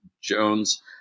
Jones